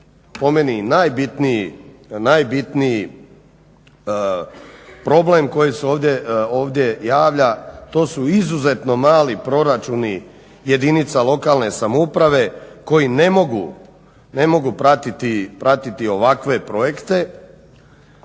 najbitniji problem koji se ovdje javlja to su izuzetno mali proračuni jedinica lokalne samouprave koji ne mogu pratiti ovakve projekte